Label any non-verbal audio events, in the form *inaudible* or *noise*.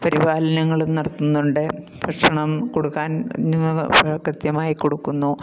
പരിപാലനങ്ങളും നടത്തുന്നുണ്ട് ഭക്ഷണം കൊടുക്കാൻ *unintelligible* കൃത്യമായി കൊടുക്കുന്നു